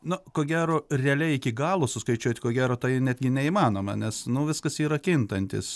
na ko gero realiai iki galo suskaičiuot ko gero tai netgi neįmanoma nes nu viskas yra kintantis